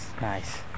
nice